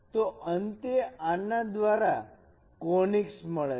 તો અંતે આના દ્વારા કોનીક્સ મળે છે